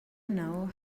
know